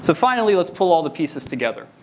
so finally, let's pull all the pieces together,